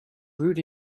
brewed